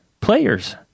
players